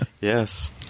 yes